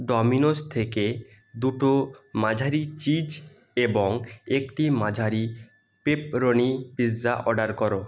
Domino's থেকে দুটো মাঝারি চিজ এবং একটি মাঝারি পেপরনি পিজ্জা অর্ডার করো